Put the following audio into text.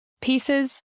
pieces